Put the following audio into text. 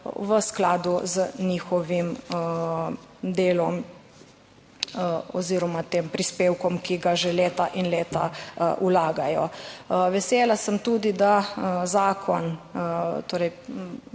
v skladu z njihovim delom oziroma tem prispevkom, ki ga že leta in leta vlagajo. Vesela sem tudi, da zakon torej